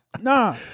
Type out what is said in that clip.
Nah